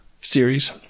series